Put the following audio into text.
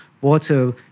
water